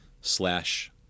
slash